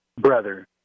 brother